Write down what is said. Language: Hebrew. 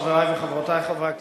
חברי וחברותי חברי הכנסת,